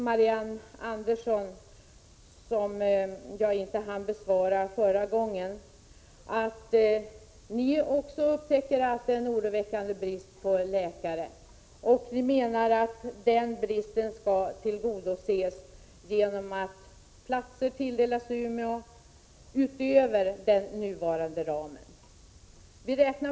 Marianne Andersson och centerpartiet har också upptäckt att det är en oroväckande brist på läkare och anser att bristen skall tillgodoses genom att utbildningsplatser tilldelas i Umeå utöver den nuvarande ramen.